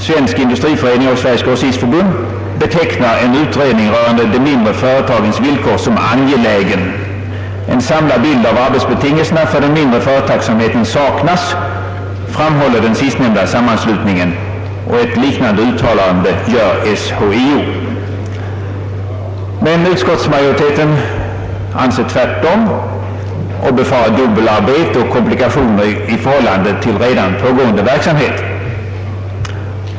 Svensk industriförening och Sveriges grossistförbund betecknar en utredning rörande de mindre företagens villkor som angelägen. En samlad bild av arbetsbetingelserna för den mindre företagsamheten saknas, framhåller den sistnämnda samman slutningen. Ett liknande uttalande gör SHIO.» Men utskottsmajoriteten har en rakt motsatt uppfattning. Den befarar dubbelarbete och komplikationer i förhållande till redan pågående verksamhet.